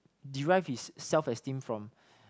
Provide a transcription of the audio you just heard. derive his self esteem from